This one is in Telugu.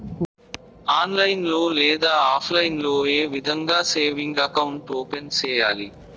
ఆన్లైన్ లో లేదా ఆప్లైన్ లో ఏ విధంగా సేవింగ్ అకౌంట్ ఓపెన్ సేయాలి